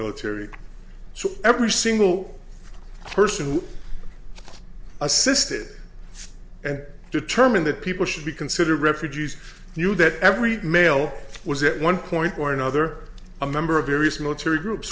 military so every single person who assisted and determined that people should be considered refugees knew that every male was at one point or another a member of various military groups